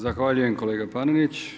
Zahvaljujem kolega Panenić.